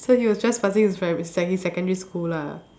so he was trespassing his pri~ second~ secondary school lah